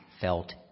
felt